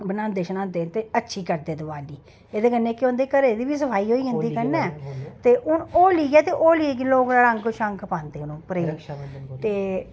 बनांदे शनांदे ते अच्छी करदे दिवाली एह्दे कन्नै केह् होंदे घरै दी बी सफाई होई जंदी कन्नै ते हून होली ऐ ते होली गी लोक रंग शंग पांदे न